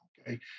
okay